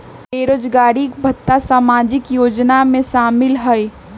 बेरोजगारी भत्ता सामाजिक योजना में शामिल ह ई?